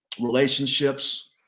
relationships